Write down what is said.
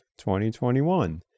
2021